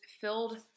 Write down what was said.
filled